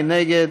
מי נגד?